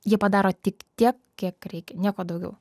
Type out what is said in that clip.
jie padaro tik tiek kiek reikia nieko daugiau